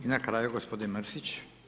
I na kraju gospodin Mrsić.